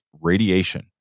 radiation